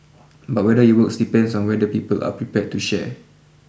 but whether it works depends on whether people are prepared to share